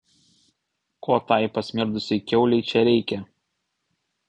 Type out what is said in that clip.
ko tai pasmirdusiai kiaulei čia reikia